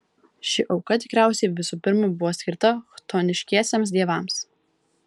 ši auka tikriausiai visų pirma buvo skirta chtoniškiesiems dievams